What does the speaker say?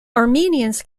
armenians